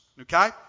Okay